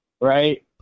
right